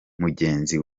mugenzi